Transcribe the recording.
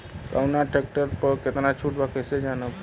कवना ट्रेक्टर पर कितना छूट बा कैसे जानब?